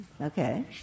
Okay